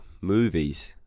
movies